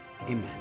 Amen